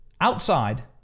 outside